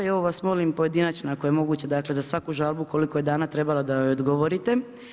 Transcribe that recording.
I ovo vas molim pojedinačno ako je moguće dakle za svaku žalbu koliko je dana trebalo da joj odgovorite.